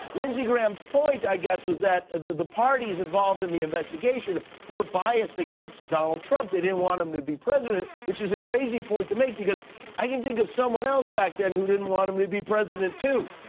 lindsey graham's point was, i guess, that the the parties involved in the investigation were biassed against donald trump. they didn't want him to be president, which is a crazy point to make, because i can think of someone else back then who didn't want him to be president too.